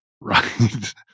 right